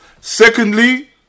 Secondly